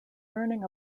learning